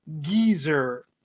geezer